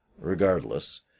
Regardless